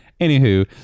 anywho